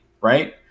right